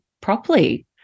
properly